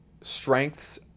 strengths